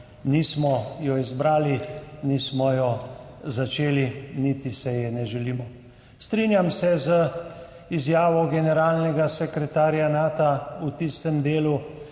Nismo je izbrali, nismo je začeli niti si je ne želimo. Strinjam se z izjavo generalnega sekretarja Nata v tistem delu,